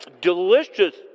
delicious